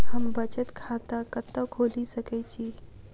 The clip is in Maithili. हम बचत खाता कतऽ खोलि सकै छी?